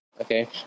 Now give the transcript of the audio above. okay